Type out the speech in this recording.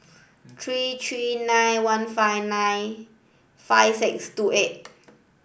three three nine one five nine five six two eight